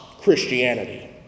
Christianity